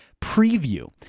preview